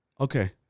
okay